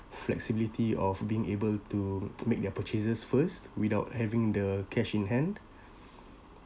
flexibility of being able to to make their purchases first without having the cash in hand